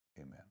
Amen